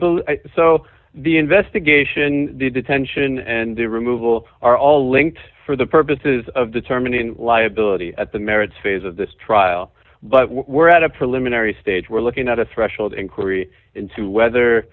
believe so the investigation the detention and the removal are all linked for the purposes of determining liability at the merits phase of this trial but we're at a preliminary stage we're looking at a threshold inquiry into whether